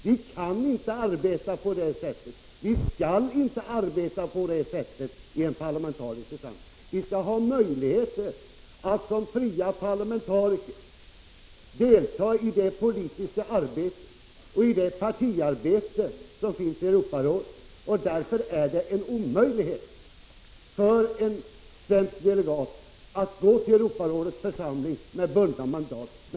Vi kan inte och vi skall inte arbeta på det sättet i en parlamentarisk församling. Vi skall ha möjligheter att som fria parlamentariker delta i det politiska arbete och det partiarbete som bedrivs i Europarådet. Därför är det en omöjlighet för en svensk delegat att gå till Europarådets församling med bundna mandat.